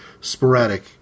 sporadic